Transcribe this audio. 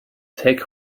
take